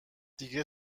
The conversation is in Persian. دیگه